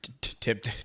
Tip